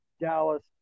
Dallas